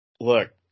Look